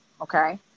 Okay